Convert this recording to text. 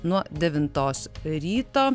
nuo devintos ryto